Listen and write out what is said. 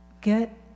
Get